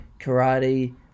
karate